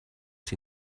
sie